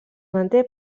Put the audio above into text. manté